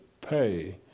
pay